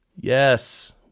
Yes